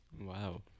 Wow